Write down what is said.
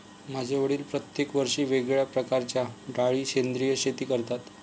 माझे वडील प्रत्येक वर्षी वेगळ्या प्रकारच्या डाळी सेंद्रिय शेती करतात